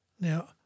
Now